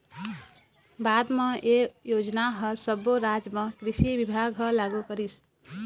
बाद म ए योजना ह सब्बो राज म कृषि बिभाग ह लागू करिस